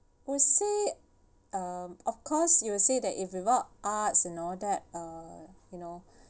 you'll say um of course you will say that if without arts and all that uh you know